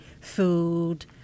food